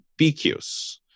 BQs